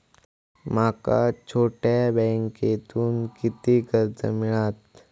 माका छोट्या बँकेतून किती कर्ज मिळात?